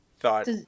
thought